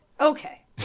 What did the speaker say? Okay